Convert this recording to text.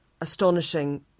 astonishing